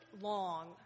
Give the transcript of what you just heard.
long